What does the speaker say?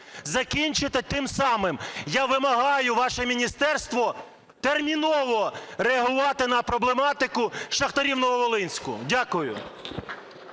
Закінчите тим самим. Я вимагаю, ваше міністерство терміново реагувати на проблематику шахтарів в Нововолинську. Дякую.